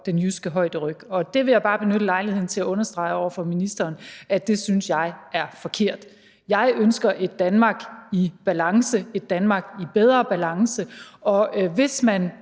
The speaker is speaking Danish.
den jyske højderyg. Og det vil jeg bare benytte lejligheden til at understrege over for ministeren at jeg synes er forkert. Jeg ønsker et Danmark i balance, et Danmark i bedre balance, og hvis man